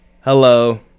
Hello